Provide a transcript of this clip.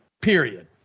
period